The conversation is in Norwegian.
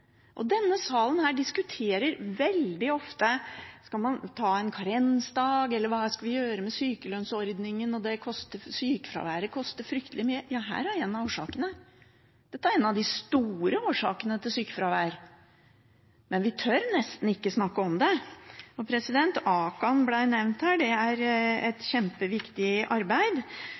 det. Denne salen diskuterer veldig ofte om man skal ta en karensdag, eller hva skal vi gjøre med sykelønnsordningen, og sykefraværet koster fryktelig mye. Her er en av årsakene. Dette er en av de store årsakene til sykefravær. Men vi tør nesten ikke snakke om det. Akan ble nevnt her. De gjør et kjempeviktig arbeid.